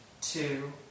two